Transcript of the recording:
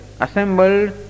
assembled